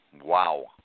wow